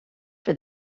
for